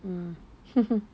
mm